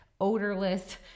odorless